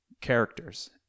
characters